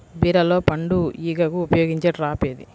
బీరలో పండు ఈగకు ఉపయోగించే ట్రాప్ ఏది?